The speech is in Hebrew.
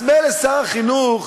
אז מילא ששר החינוך